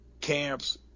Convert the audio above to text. camps